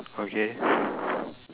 okay